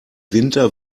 winter